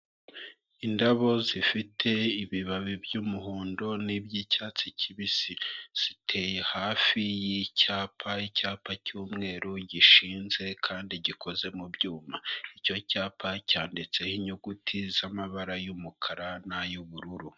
Indabo zifite ibibabi by'umuhondo, n'iby'icyatsi kibisi, ziteye hafi y'icyapa, icyapa cy'umweru gishinze, kandi gikoze mu byuma, icyo cyapa cyanditseho inyuguti z'amabara y'umukara n'ay'ubururu.